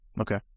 Okay